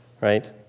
right